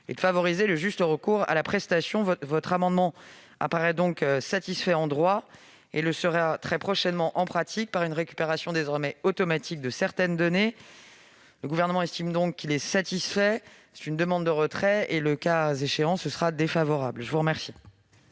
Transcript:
et de favoriser le juste recours à la prestation. Cet amendement apparaît donc satisfait en droit et le sera très prochainement en pratique par une récupération désormais automatique de certaines données. Le Gouvernement estime donc qu'il est satisfait : il en demande le retrait ; à défaut, l'avis sera défavorable. Madame Imbert,